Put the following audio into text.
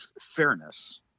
fairness